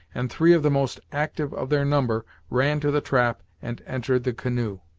and three of the most active of their number ran to the trap and entered the canoe.